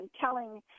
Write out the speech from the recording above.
telling